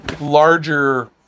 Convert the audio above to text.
larger